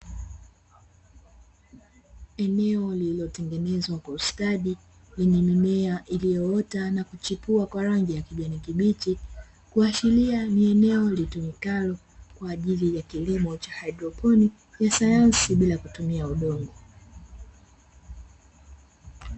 Eneo lililotengenezwa kwa ustadi lenye mimea iliyoota na kuchipua kwa rangi ya kijani kibichi, kiashiria ni eneo lijulikana kwa ajili ya shughuli za kilimo cha haidroponi na sayansi bila kutumia udongo.